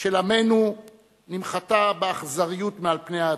של עמנו נמחתה באכזריות מעל פני האדמה.